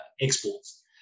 exports